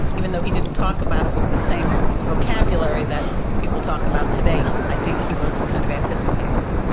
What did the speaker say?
even though he didn't talk about it with the same vocabulary that people talk about it today, i think he was kind of anticipating it.